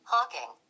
Hawking